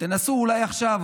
תנסו אולי עכשיו.